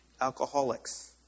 alcoholics